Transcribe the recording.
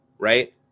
Right